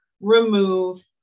remove